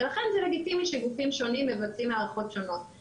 ולכן זה לגיטימי שגופים שונים מבצעים הערכות שונות.